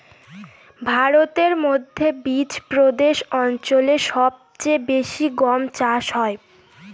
ভারতের মধ্যে বিচপ্রদেশ অঞ্চলে সব চেয়ে বেশি গম চাষ হয়